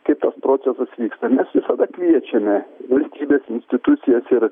kaip tas procesas vyksta mes visada kviečiame valstybės institucijas ir